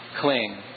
cling